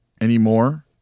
anymore